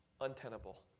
untenable